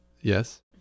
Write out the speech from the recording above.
Yes